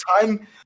time